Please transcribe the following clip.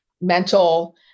mental